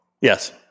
Yes